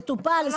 לפיקוד העורף.